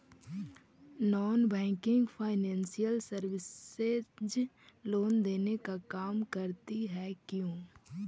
Non banking financial services loan देने का काम करती है क्यू?